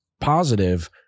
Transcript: positive